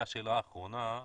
והשאלה האחרונה,